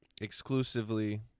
exclusively